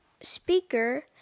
speaker